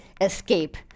escape